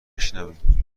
بشنویم